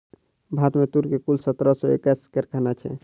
भारत में तूर के कुल सत्रह सौ एक्कैस कारखाना छै